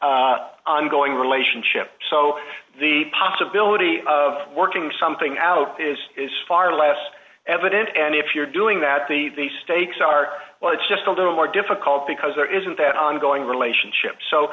ongoing relationship so the possibility of working something out is is far less evident and if you're doing that the the stakes are well it's just a little more difficult because there isn't that ongoing relationship so